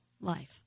life